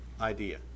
idea